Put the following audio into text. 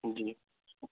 जी